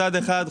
מצד אחד,